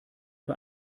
für